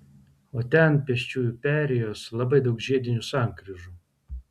o ten pėsčiųjų perėjos labai daug žiedinių sankryžų